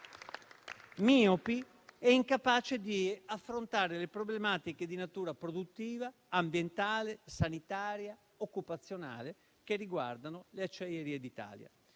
miopi e incapaci di affrontare le problematiche di natura produttiva, ambientale, sanitaria e occupazionale che riguardano le Acciaierie d'Italia.